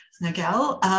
Nagel